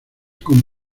con